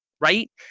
Right